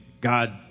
God